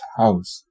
house